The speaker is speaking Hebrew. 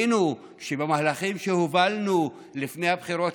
קיווינו שבמהלכים שהובלנו לפני הבחירות